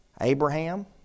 Abraham